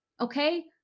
Okay